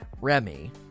Remy